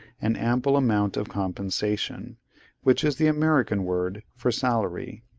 an ample amount of compensation which is the american word for salary,